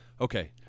Okay